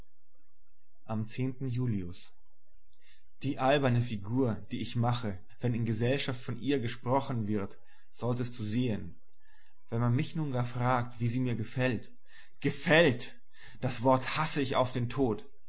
am julius die alberne figur die ich mache wenn in gesellschaft von ihr gesprochen wird solltest du sehen wenn man mich nun gar fragt wie sie mir gefällt gefällt das wort hasse ich auf den tod